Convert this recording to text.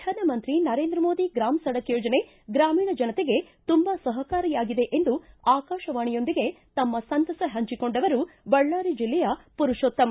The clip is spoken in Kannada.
ಪ್ರಧಾನಮಂತ್ರಿ ನರೇಂದ್ರ ಮೋದಿ ಗ್ರಾಮ ಸಡಕ್ ಯೋಜನೆ ಗ್ರಾಮೀಣ ಜನತೆಗೆ ತುಂಬಾ ಸಹಕಾರಿಯಾಗಿದೆ ಎಂದು ಆಕಾಶವಾಣಿಯೊಂದಿಗೆ ತಮ್ನ ಸಂತಸ ಹಂಚಿಕೊಂಡವರು ಬಳ್ಳಾರಿ ಜಿಲ್ಲೆಯ ಪುರುಶೋತ್ತಮ